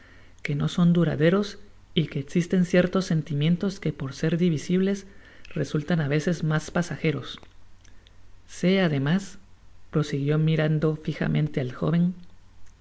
que no son duraderos y que existen ciertos sentimientos que por ser divisibles resultan á veces mas pasajeros se ademásprosiguió mirando fi jtifriente al jóven